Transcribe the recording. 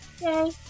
Yay